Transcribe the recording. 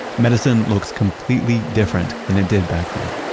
medicine looks completely different than it did back then,